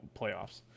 playoffs